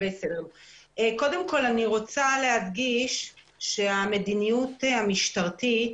קודם כל, אני רוצה להדגיש שהמדיניות המשטרתית